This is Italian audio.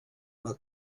alla